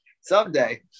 Someday